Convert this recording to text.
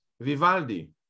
Vivaldi